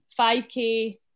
5K